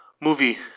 movie